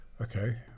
Okay